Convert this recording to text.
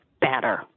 better